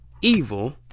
evil